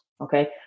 Okay